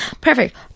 perfect